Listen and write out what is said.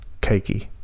cakey